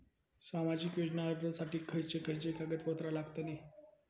सामाजिक योजना अर्जासाठी खयचे खयचे कागदपत्रा लागतली?